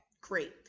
great